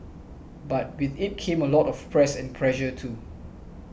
but with it came a lot of press and pressure too